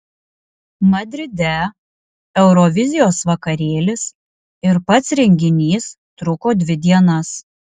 madride eurovizijos vakarėlis ir pats renginys truko dvi dienas